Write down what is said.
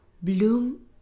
bloom